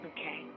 Okay